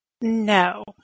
No